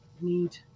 need